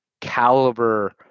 Caliber